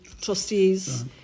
Trustees